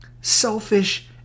Selfish